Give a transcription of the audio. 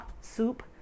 soup